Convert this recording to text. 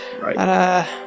Right